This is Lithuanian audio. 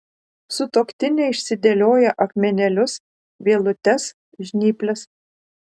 sutuoktinė išsidėlioja akmenėlius vielutes žnyples